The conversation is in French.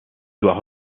doit